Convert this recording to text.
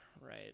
right